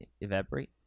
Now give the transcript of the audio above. evaporate